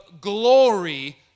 glory